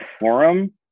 forum